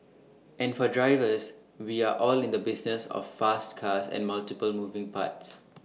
and for drivers we are all in the business of fast cars and multiple moving parts